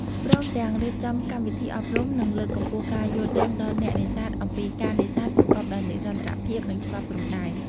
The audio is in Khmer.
ព្រមទាំងរៀបចំកម្មវិធីអប់រំ និងលើកកម្ពស់ការយល់ដឹងដល់អ្នកនេសាទអំពីការនេសាទប្រកបដោយនិរន្តរភាព និងច្បាប់ព្រំដែន។